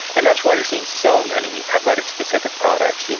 and that's why you're seeing so many athletic-specific products, you know